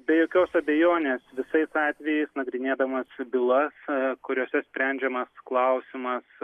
be jokios abejonės visais atvejais nagrinėdamas bylas kuriose sprendžiamas klausimas